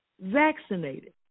vaccinated